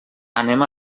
anem